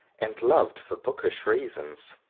and loved for bookish reasons.